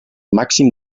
màxim